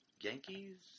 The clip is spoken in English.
Yankees